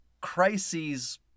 crises